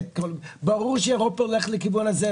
ברור שאירופה הולכת לכיוון הזה,